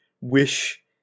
wish